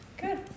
Good